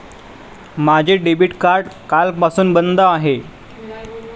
माझे debit card कालपासून बंद आहे